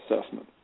assessment